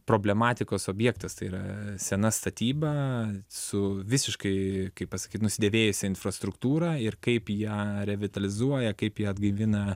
problematikos objektas tai yra sena statyba su visiškai kaip pasakyt nusidėvėjusia infrastruktūra ir kaip ją revitalizuoja kaip ją atgaivina